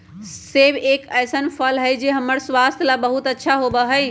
सेब एक ऐसन फल हई जो हम्मर स्वास्थ्य ला बहुत अच्छा होबा हई